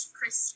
Chris